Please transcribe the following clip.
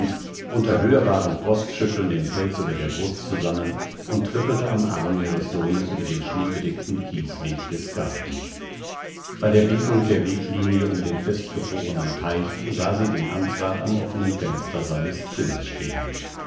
unter hörbarem frostschütteln den pelz über der brust zusammen und trippelte am arm ihres sohnes über den schneebedeckten kiesweg des gartens bei der biegung der weglinie um den festgefrorenen teich sahen sie den amtsrat am offenen fenster seines zimmers stehen